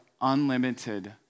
unlimited